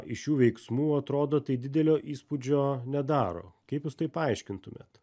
iš jų veiksmų atrodo tai didelio įspūdžio nedaro kaip jūs tai paaiškintumėt